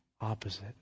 opposite